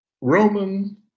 Roman